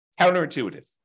Counterintuitive